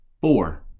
four